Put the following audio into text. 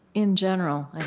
in general,